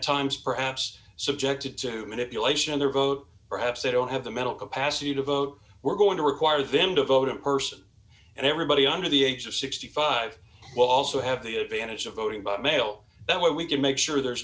times perhaps subjected to manipulation of their vote perhaps they don't have the mental capacity to vote we're going to require them to vote in person and everybody under the age of sixty five will also have the advantage of voting by mail that way we can make sure there's